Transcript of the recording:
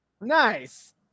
Nice